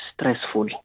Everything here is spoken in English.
stressful